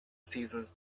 seasons